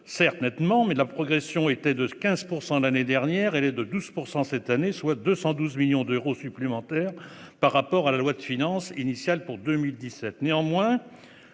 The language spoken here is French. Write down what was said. augmentent nettement. La progression était de 15 % l'année dernière, elle est de 12 % cette année, soit 212 millions d'euros supplémentaires par rapport à la loi de finances initiale pour 2017. Néanmoins,